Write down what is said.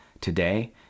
today